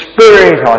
Spirit